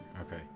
Okay